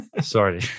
Sorry